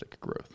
growth